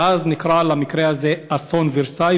ואז נקרא המקרה הזה "אסון ורסאי",